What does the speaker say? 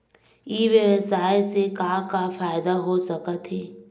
ई व्यवसाय से का का फ़ायदा हो सकत हे?